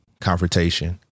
confrontation